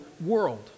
world